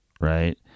right